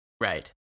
right